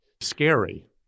scary